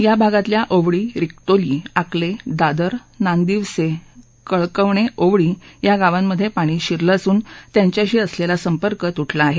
या भागातल्या ओवळी रिक्तोली आकले दादर नांदिवसे कळकवणे ओवळी या गावांमधे पाणी शिरलं असून त्यांच्याशी असलेला संपर्क तु झा आहे